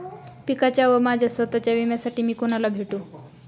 पिकाच्या व माझ्या स्वत:च्या विम्यासाठी मी कुणाला भेटू?